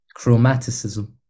Chromaticism